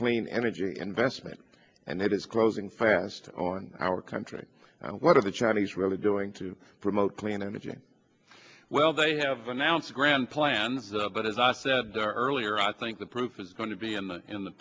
clean energy investment and it is closing fast on our country what are the chinese really doing to promote clean and if you well they have announced a grand plans of but as i said earlier i think the proof is going to be in the in the